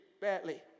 Badly